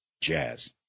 Jazz